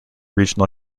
regional